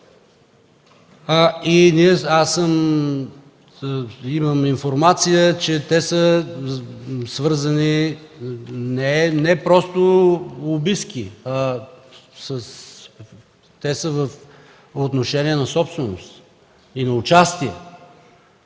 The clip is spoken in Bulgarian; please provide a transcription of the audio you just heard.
Аз имам информация, че те са свързани не просто лобистки, а и по отношение на собственост и участие.